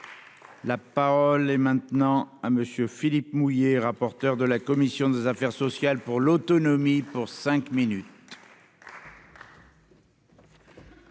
La parole est maintenant à monsieur Philippe mouiller, rapporteur de la commission des affaires sociales pour l'autonomie, pour cinq minutes.